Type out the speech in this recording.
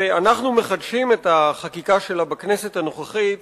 ואנחנו מחדשים את החקיקה שלה בכנסת הנוכחית